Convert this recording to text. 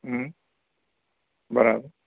હ બરાબર